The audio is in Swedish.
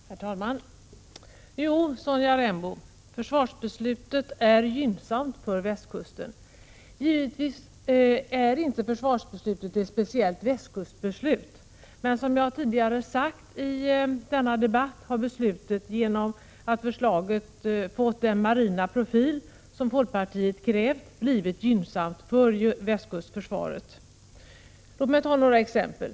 Herr talman! Jo, Sonja Rembo, försvarsbeslutet är gynnsamt för västkusten. Givetvis är försvarsbeslutet inte ett speciellt västkustbeslut, men som jag tidigare sagt i denna debatt har beslutet, genom att förslaget fått den marina profil som folkpartiet krävt, blivit gynnsamt för västkustförsvaret. Låt mig anföra några exempel.